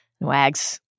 Wags